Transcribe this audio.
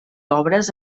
obres